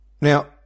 Now